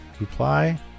Reply